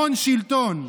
הון-שלטון.